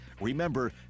Remember